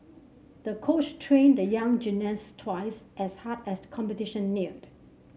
the coach trained the young gymnast twice as hard as competition neared